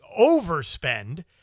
overspend